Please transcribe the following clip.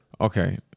Okay